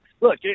look